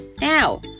Now